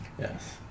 Yes